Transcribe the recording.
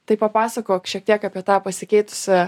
tai papasakok šiek tiek apie tą pasikeitusią